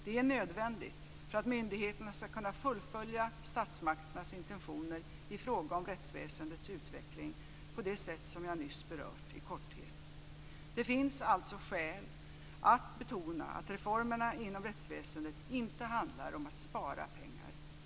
Det är nödvändigt för att myndigheterna ska kunna fullfölja statsmakternas intentioner i fråga om rättsväsendets utveckling på det sätt som jag nyss i korthet berört. Det finns alltså skäl att betona att reformerna inom rättsväsendet inte handlar om att spara pengar.